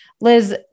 Liz